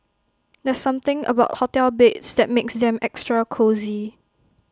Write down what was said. there's something about hotel beds that makes them extra cosy